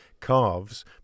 calves